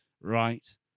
right